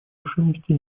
решимости